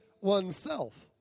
oneself